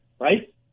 Right